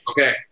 Okay